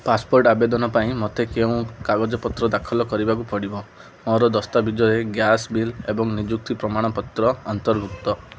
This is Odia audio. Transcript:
ପାସପୋର୍ଟ୍ ଆବେଦନ ପାଇଁ ମୋତେ କେଉଁ କାଗଜପତ୍ର ଦାଖଲ କରିବାକୁ ପଡ଼ିବ ମୋର ଦସ୍ତାବିଜରେ ଗ୍ୟାସ୍ ବିଲ୍ ଏବଂ ନିଯୁକ୍ତି ପ୍ରମାଣପତ୍ର ଅନ୍ତର୍ଭୁକ୍ତ